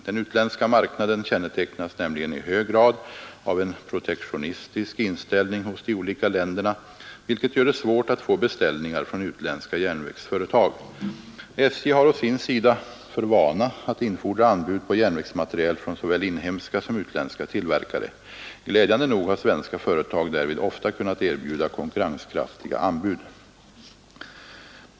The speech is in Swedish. Den utländska marknaden kännetecknas nämligen i hög grad av en protektionistisk inställning hos de olika länderna, vilket gör det svårt att få beställningar från utländska järnvägsföretag. SJ har å sin sida för vana att infordra anbud på järnvägsmateriel från såväl inhemska som utländska tillverkare. Glädjande nog har svenska företag därvid ofta kunnat erbjuda konkurrenskraftiga anbud.